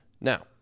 Now